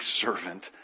servant